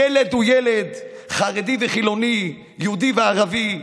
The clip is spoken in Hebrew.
ילד הוא ילד, חרדי וחילוני, יהודי וערבי.